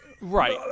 Right